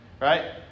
right